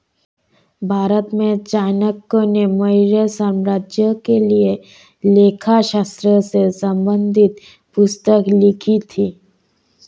भारत में चाणक्य ने मौर्य साम्राज्य के लिए लेखा शास्त्र से संबंधित पुस्तक लिखी थी